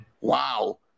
wow